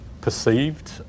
perceived